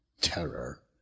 terror